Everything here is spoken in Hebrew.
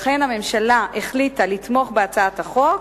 לכן הממשלה החליטה לתמוך בהצעת החוק,